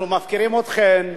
אנחנו מפקירים אתכן,